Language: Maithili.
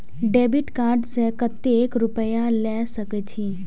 डेबिट कार्ड से कतेक रूपया ले सके छै?